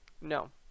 No